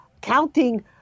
counting